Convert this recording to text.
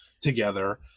together